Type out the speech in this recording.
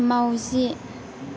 माउजि